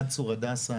עד צור הדסה,